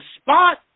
spot